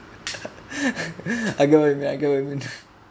I can't even I can't even